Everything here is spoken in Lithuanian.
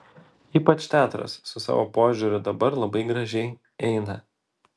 ypač teatras su savo požiūriu dabar labai gražiai eina